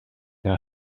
now